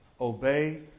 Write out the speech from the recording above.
obey